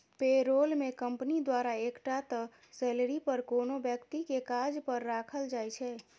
पे role मे company द्वारा एकटा तय सेलरी पर कोनो बेकती केँ काज पर राखल जाइ छै